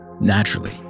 Naturally